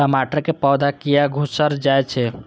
टमाटर के पौधा किया घुकर जायछे?